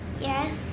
Yes